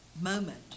moment